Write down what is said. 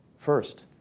first,